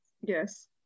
Yes